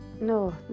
no